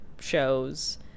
shows